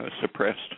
suppressed